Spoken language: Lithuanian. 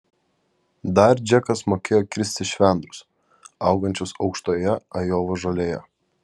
dar džekas mokėjo kirsti švendrus augančius aukštoje ajovos žolėje